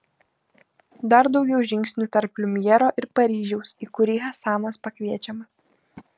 dar daugiau žingsnių tarp liumjero ir paryžiaus į kurį hasanas pakviečiamas